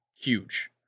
Huge